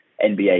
NBA